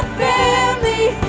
family